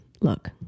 Look